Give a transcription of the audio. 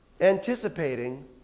anticipating